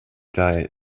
diet